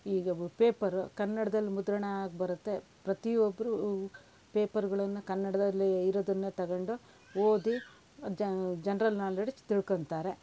ಈಗ ಪೇಪರ್ ಕನ್ನಡದಲ್ಲಿ ಮುದ್ರಣ ಆಗ್ಬರತ್ತೆ ಪ್ರತಿಯೊಬ್ಬರು ಪೇಪರ್ಗಳನ್ನು ಕನ್ನಡದಲ್ಲಿ ಇರೋದನ್ನು ತೊಗೊಂಡು ಓದಿ ಜನ್ ಜನ್ರಲ್ ನಾಲೆಡ್ಜ್ ತಿಳ್ಕೋತಾರೆ